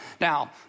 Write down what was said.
Now